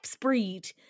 Breed